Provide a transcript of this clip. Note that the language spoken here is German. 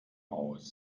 aus